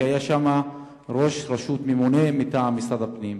כי היה שם ראש רשות ממונה מטעם משרד הפנים.